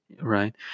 right